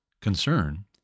concern